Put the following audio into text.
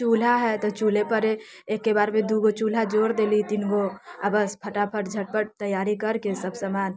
चूल्हा हय तऽ चूल्हापर एके बारमे दूगो चूल्हा जोड़ देली तीन गो आओर बस फटाफट झटपट तैयारी करके सब सामान